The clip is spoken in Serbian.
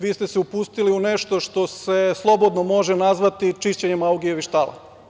Vi ste se upustili u nešto što se slobodno može nazvati i čišćenjem Augijevih štala.